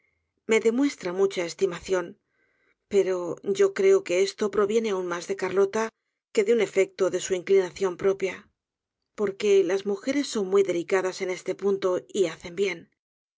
me demuestra mucha estimación pero yo creo que esto proviene aun mas de carlota que de un efecto de su inclinación propia porque las mujeres son muy delicadas en este punto y hacen bien